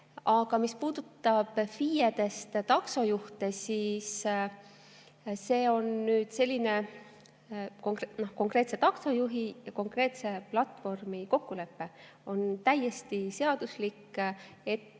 Aga mis puudutab FIE‑dest taksojuhte, siis see on konkreetse taksojuhi ja konkreetse platvormi kokkulepe. On täiesti seaduslik, et